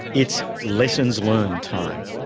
it's lessons learned time.